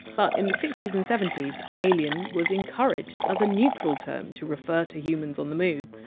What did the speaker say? but in the sixty s and seventy s! alien! was encouraged as a neutral term to refer to humans on the move,